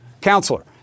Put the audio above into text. Counselor